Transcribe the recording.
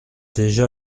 déjà